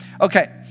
Okay